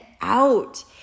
out